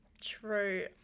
True